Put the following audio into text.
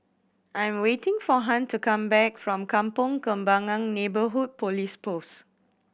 I am waiting for Hunt to come back from Kampong Kembangan Neighbourhood Police Post